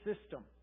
system